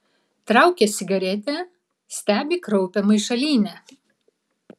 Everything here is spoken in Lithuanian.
traukia cigaretę stebi kraupią maišalynę